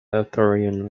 arthurian